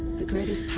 the greatest